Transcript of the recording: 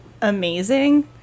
Amazing